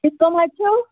تُہۍ کَم حظ چھِو